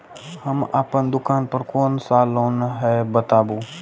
हम अपन दुकान पर कोन सा लोन हैं बताबू?